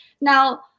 Now